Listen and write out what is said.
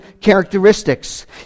characteristics